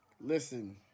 Listen